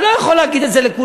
אני לא יכול להגיד את זה לכולם,